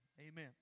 Amen